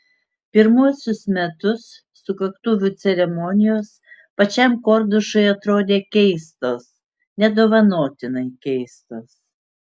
pirmuosius metus sukaktuvių ceremonijos pačiam kordušui atrodė keistos nedovanotinai keistos